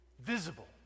visible